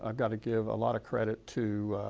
ah i've got to give a lot of credit to